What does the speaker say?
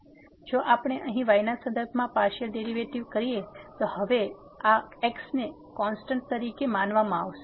તેથી જો આપણે અહીં y ના સંદર્ભમાં પાર્સીઅલ ડેરીવેટીવ કરીએ તો હવે આ x ને કોન્સ્ટેન્ટ તરીકે માનવામાં આવશે